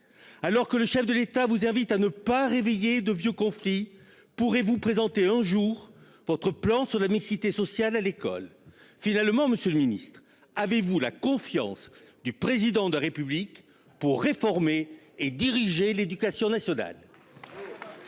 alors que le chef de l'État vous invite à ne pas réveiller de vieux conflit pourrait vous présenter un jour votre plan sur la mixité sociale à l'école finalement, Monsieur le Ministre, avez-vous la confiance du président de la République pour réformer et diriger l'éducation nationale.